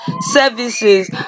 services